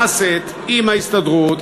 נעשית עם ההסתדרות,